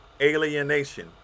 alienation